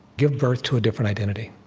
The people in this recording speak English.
give birth to a different identity